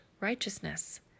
Righteousness